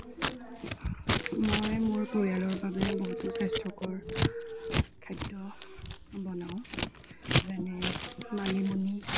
মই মোৰ পৰিয়ালৰ বাবে বহুতো স্বাস্থ্যকৰ খাদ্য বনাওঁ যেনে মানিমুনি